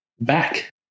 back